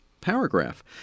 paragraph